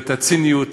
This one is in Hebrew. ואת הציניות